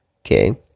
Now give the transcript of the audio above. Okay